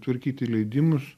tvarkyti leidimus